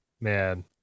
man